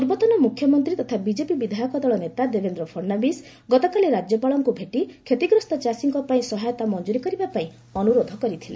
ପୂର୍ବତନ ମୁଖ୍ୟମନ୍ତ୍ରୀ ତଥା ବିଜେପି ବିଧାୟକ ଦଳ ନେତା ଦେବେନ୍ଦ୍ର ଫଡ଼ନାବିସ୍ ଗତକାଲି ରାଜ୍ୟପାଳଙ୍କୁ ଭେଟି କ୍ଷତିଗ୍ରସ୍ତ ଚାଷୀଙ୍କ ପାଇଁ ସହାୟତା ମଞ୍ଜୁର କରିବା ପାଇଁ ଅନ୍ତରୋଧ କରିଥିଲେ